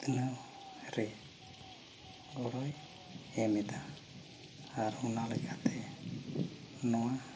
ᱩᱛᱱᱟᱹᱣ ᱨᱮ ᱜᱚᱲᱚᱭ ᱮᱢᱮᱫᱟ ᱟᱨ ᱚᱱᱟᱞᱮᱠᱟᱛᱮ ᱱᱚᱣᱟ